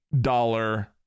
dollar